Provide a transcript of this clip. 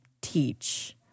teach